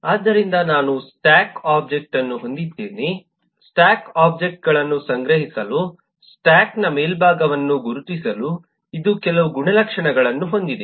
ಆದ್ದರಿಂದ ನಾನು stack object ಅನ್ನು ಹೊಂದಿದ್ದೇನೆ ಸ್ಟ್ಯಾಕ್ ಒಬ್ಜೆಕ್ಟ್ಗಳನ್ನು ಸಂಗ್ರಹಿಸಲು ಸ್ಟ್ಯಾಕನ ಮೇಲ್ಭಾಗವನ್ನು ಗುರುತಿಸಲು ಇದು ಕೆಲವು ಗುಣಲಕ್ಷಣಗಳನ್ನು ಹೊಂದಿದೆ